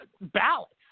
ballots